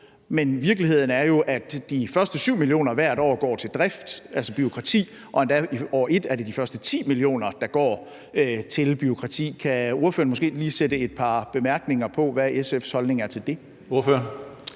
men virkeligheden er jo, at de første 7 mio. kr. hvert år går til drift, altså bureaukrati, og endda er det i år et de første 10 mio. kr., der går til bureaukrati. Kan ordføreren måske lige komme med et par bemærkninger, i forhold til hvad SF's holdning er til det?